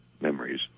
memories